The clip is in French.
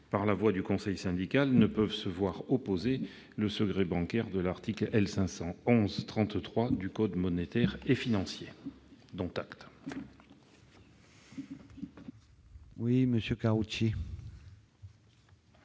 par la voix du conseil syndical, ne peuvent se voir opposer le secret bancaire de l'article L. 511-33 du code monétaire et financier. Dont acte ! Monsieur